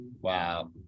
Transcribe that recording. Wow